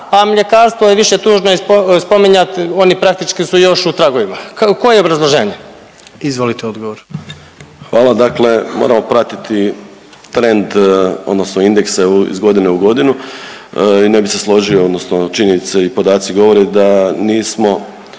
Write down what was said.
a mljekarstvo je više tužno i spominjat, oni praktički su još u tragovima, koje je obrazloženje? **Jandroković, Gordan (HDZ)** Izvolite odgovor. **Majdak, Tugomir** Hvala. Dakle moramo pratiti trend odnosno indekse iz godine u godinu i ne bi se složio odnosno činjenice i podaci govore da nismo,